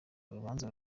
urubanza